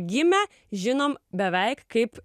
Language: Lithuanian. gimę žinome beveik kaip